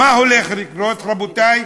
מה הולך לקרות, רבותי?